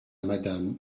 madame